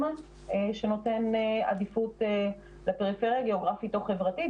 שנותן עדיפות לפריפריה הגיאוגרפית או חברתית,